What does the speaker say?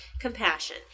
compassion